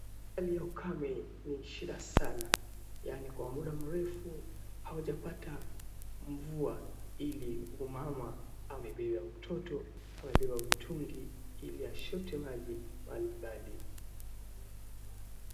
Hali ya ukame ni shida sana yaani kwa muda mrefu hawajapata mvua ili huu mama amebeba mtoto amebeba mtungi ili achote maji mbali mbali.